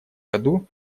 году